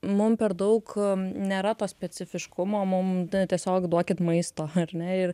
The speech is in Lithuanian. mum per daug nėra to specifiškumo mum tiesiog duokit maisto ar ne ir